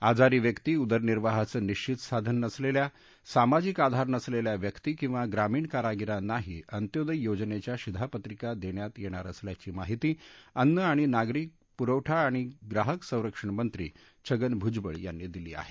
आजारी व्यक्ती उदरनिर्वाहाचं निश्चित साधन नसलेल्या सामाजिक आधार नसलेल्या व्यक्ती किवा ग्रामीण कारागारींनाही अंत्योदय योजनेच्या शिधापत्रिका देण्यात येणार असल्याची माहिती अन्न नागरी पुखठा आणि ग्राहक संरक्षण मंत्री छगन भूजबळ यांनी दिली आहे